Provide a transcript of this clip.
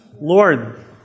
Lord